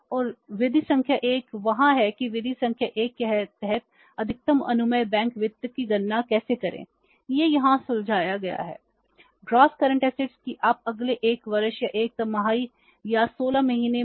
और विधि संख्या 1 वहाँ है कि विधि संख्या 1 के तहत अधिकतम अनुमेय बैंक वित्त की गणना कैसे करें यह यहां सुझाया गया है